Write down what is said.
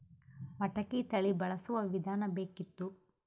ಮಟಕಿ ತಳಿ ಬಳಸುವ ವಿಧಾನ ಬೇಕಿತ್ತು?